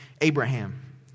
Abraham